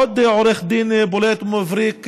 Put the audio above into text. עוד עורך דין בולט ומבריק,